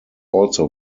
also